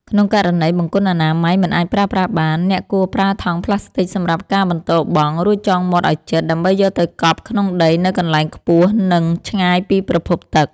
ក្នុងករណីបង្គន់អនាម័យមិនអាចប្រើប្រាស់បាន អ្នកគួរប្រើថង់ប្លាស្ទិកសម្រាប់ការបន្ទោបង់ រួចចងមាត់ឱ្យជិតដើម្បីយកទៅកប់ក្នុងដីនៅកន្លែងខ្ពស់ និងឆ្ងាយពីប្រភពទឹក។